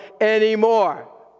anymore